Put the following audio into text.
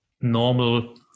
normal